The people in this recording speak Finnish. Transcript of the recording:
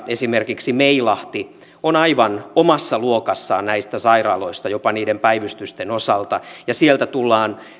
esimerkiksi meilahti on aivan omassa luokassaan näistä sairaaloista jopa niiden päivystysten osalta ja sieltä tullaan